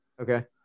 Okay